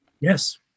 Yes